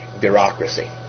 bureaucracy